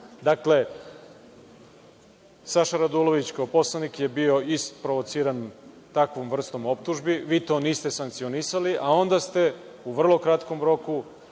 uvreda. Dakle, Saša Radulović, kao poslanik je bio isprovociran takvom vrstom optužbi, vi to niste sankcionisali, a onda ste u vrlo kratkom roku